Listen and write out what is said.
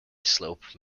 slope